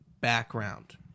background